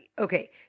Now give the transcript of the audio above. okay